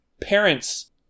parents